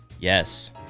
Yes